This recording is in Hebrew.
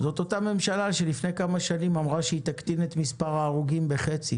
זו אותה ממשלה שלפני כמה שנים אמרה שהיא תקטין את מספר ההרוגים בחצי